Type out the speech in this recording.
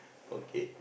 okay